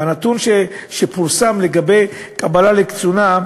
הנתון שפורסם לגבי קבלה לקצונה,